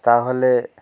তাহলে